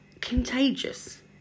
contagious